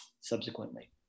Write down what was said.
subsequently